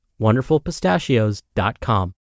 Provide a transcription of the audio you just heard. WonderfulPistachios.com